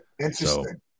Interesting